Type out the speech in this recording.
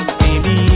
baby